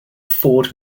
ford